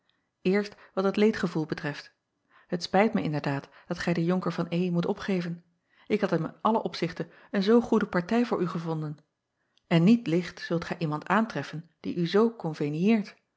erst wat het leedgevoel betreft het spijt mij inderdaad dat gij den onker v moet opgeven ik had hem in alle opzichten een zoo goede partij voor u gevonden en niet licht zult gij iemand aantreffen die u zoo